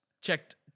checked